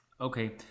Okay